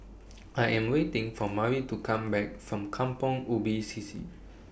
I Am waiting For Mari to Come Back from Kampong Ubi C C